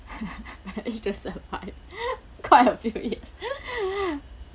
he doesn't buy quite a few h~